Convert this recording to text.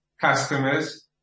customers